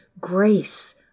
grace